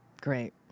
Great